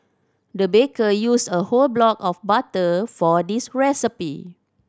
the baker used a whole block of butter for this recipe